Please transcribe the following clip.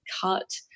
cut